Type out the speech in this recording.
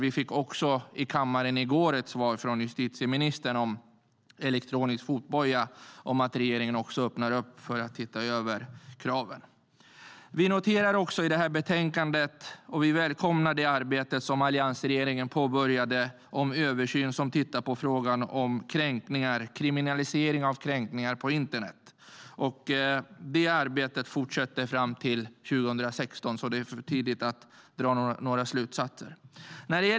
I går fick vi svar från justitieministern i kammaren på frågan om elektronisk fotboja. Regeringen öppnar nu upp för att se över kraven. Vi noterar och välkomnar det arbete som alliansregeringen påbörjade om en översyn av frågan om kriminalisering av kränkningar på internet. Det arbetet fortsätter fram till 2016, så det är för tidigt att dra några slutsatser.